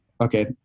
Okay